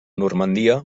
normandia